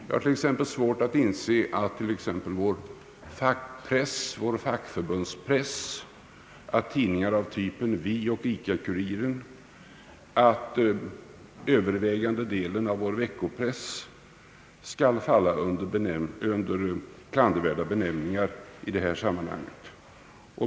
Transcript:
Jag har till exempel svårt att inse att fackpressen, fackföreningspressen, tidningar av typen Vi och Ica-Kuriren samt övervägande delen av vår veckopress skall falla under benämningen klandervärda i det här sammanhanget.